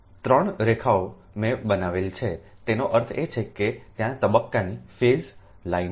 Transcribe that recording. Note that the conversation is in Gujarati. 3 H રેખાઓ મેંબનાવેલી છે તેનો અર્થ એ છે કે ત્યાંતબક્કાની લાઇન છે